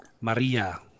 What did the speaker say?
Maria